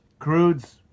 crudes